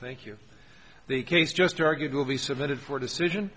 thank you the case just argued will be submitted for decision